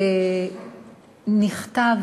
שנכתב